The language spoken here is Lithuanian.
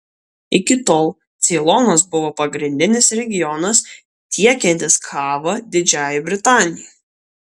iki tol ceilonas buvo pagrindinis regionas tiekiantis kavą didžiajai britanijai